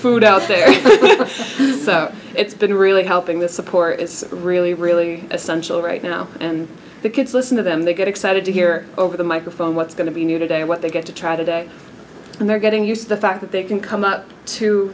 food out there so it's been really helping the support it's really really essential right now and the kids listen to them they get excited to hear over the microphone what's going to be new today what they've got to try today and they're getting used to the fact that they can come up to